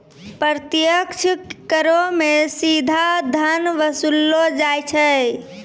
प्रत्यक्ष करो मे सीधा धन वसूललो जाय छै